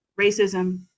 Racism